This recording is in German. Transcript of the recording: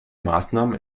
maßnahmen